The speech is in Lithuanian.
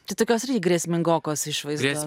tai tokios grėsmingokos išvaizdos